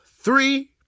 three